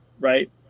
right